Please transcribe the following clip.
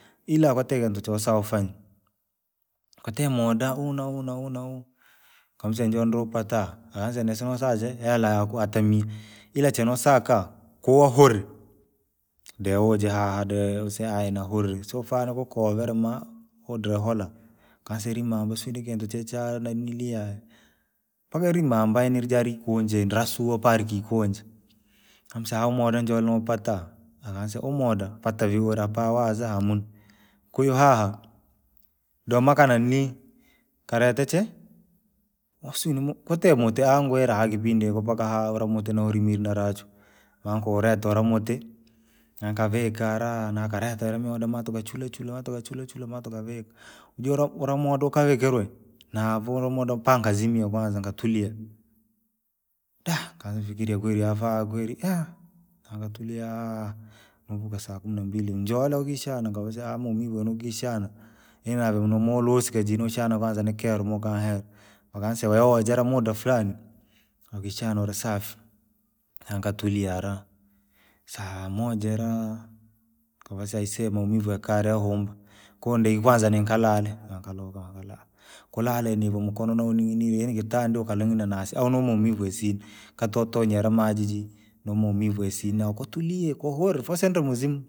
Ila kwatee kintu choo saa ufanye, kwatee muda huu- na- huu- na- huu- na- huu, kamsenje ndrupata, akansia nisasaa hela yako hata mia. ila cheosaka, kuwa huri, deujee hahaa deusee nahurire siufaa nikukorere maa- udire hola, ukansilima misiri kintu che chananilia. Mpaka irimamba yaani irija rikunjere rasua mpaka rikikunja, amusea moda nijole nopata, akansia huu moda pata viuri hapaa wazo hamuna. Kwahiyo haha, domaa kaa nani, karete chee, sijui nanii kwatee muti angwira haa kipindi hiko haa mpaka ure muti narimire na rachwe. Maanikaureta ure muti, nanikavika lara na kareta ire mioda maa tukachulechule ma- tukachulechule maa tukavika, ujue ura ura moda ukavikirwe, na novaa ure moda mpaka nikazima kwanza nikatulia, daah! Nikaanza fikiria kweri afaa kweri nakatulia! Nofikasaa kumi na mbili ninjole ukishana katosea haya maumivu weno ukishana, inonaa movolusika jii moshana kwanza ni keroa maa ukanihera. Utanisea wewe hajera muda flani, na utishana urisati, naukaturia hara, saamoja iraa, kovasee aisee maumivu yakare humba, ko ndri kwanza nikalale. Nakaluka wakala, kulala inivo mukano nao- ni- ni- kitandi ukaninginia nasii au nu maumivu yasina. katoo tonya yare maji jii, no maumivu yasina kotulia kuhire fasee muzima.